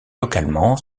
localement